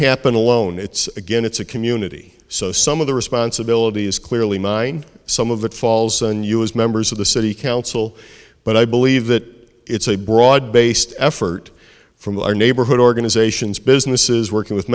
happen alone it's again it's a community so some of the responsibility is clearly mine some of it falls on us members of the city council but i believe that it's a broad based effort from our neighborhood organizations businesses working with